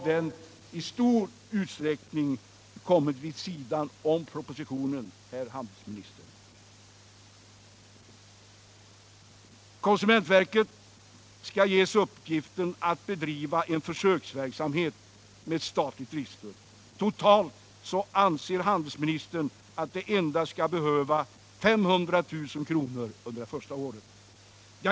Det är en berättigad fråga, herr handelsminister! Konsumentverket skall ges uppgiften att bedriva en försöksverksamhet med statligt driftsstöd. Normalt anser handelsministern att det för denna verksamhet endast skall behövas 500 000 kr. under det första året.